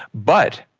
but,